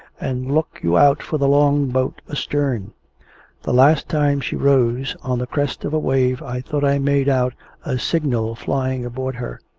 and look you out for the long-boat astern. the last time she rose on the crest of a wave, i thought i made out a signal flying aboard her.